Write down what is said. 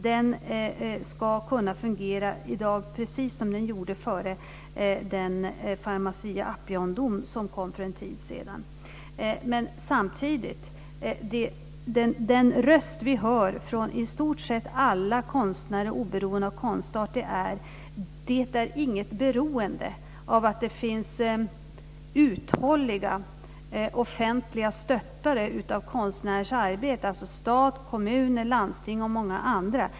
Den ska kunna fungera i dag precis som den gjorde före den Pharmacia & Upjohn-dom som kom för en tid sedan. Den röst vi samtidigt hör från i stort sett alla konstnärer oberoende av konstart är att det inte är något beroende av att det finns uthålliga offentliga stöttare av konstnärers arbete - stat, kommuner, landsting och många andra.